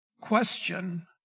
question